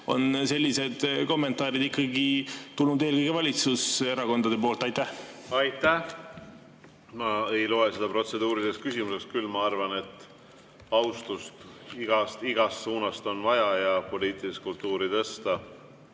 on sellised kommentaarid tulnud eelkõige valitsuserakondade poolt? Aitäh! Ma ei loe seda protseduuriliseks küsimuseks. Küll ma arvan, et austust on vaja igast suunast ja on vaja poliitilist kultuuri tõsta.